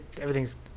everything's